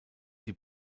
die